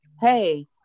Hey